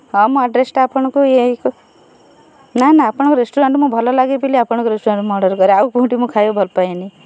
ହଁ ମୋ ଆଡ଼୍ରେସ୍ଟା ଆପଣଙ୍କୁ ଇଏ ନା ନା ଆପଣଙ୍କ ରେଷ୍ଟୁରାଣ୍ଟ୍ ମୁଁ ଭଲ ଲାଗି ବୋଲି ଆପଣଙ୍କ ରେଷ୍ଟୁରାଣ୍ଟ୍ରୁ ମୁଁ ଅର୍ଡ଼ର୍ କରେ ଆଉ କେଉଁଠି ମୁଁ ଖାଇବାକୁ ଭଲ ପାଏନି